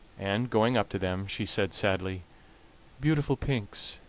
and, going up to them, she said sadly beautiful pinks,